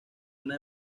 una